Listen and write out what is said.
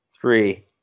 three